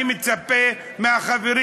אני מצפה מהחברים: